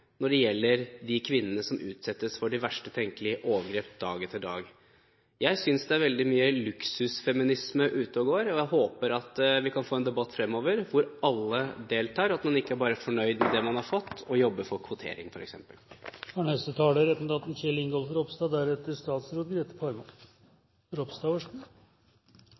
når det gjelder de kvinnene som utsettes for de verst tenkelige overgrep dag etter dag. Jeg synes det er veldig mye luksusfeminisme ute og går. Jeg håper at vi fremover kan få en debatt der alle deltar, og at man ikke bare er fornøyd med det man har fått, og jobber for kvotering f.eks. En av bærebjelkene i rettsstaten er